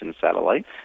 satellite